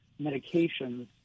medications